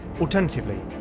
Alternatively